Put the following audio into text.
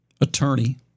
attorney